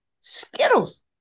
skittles